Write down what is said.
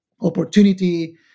opportunity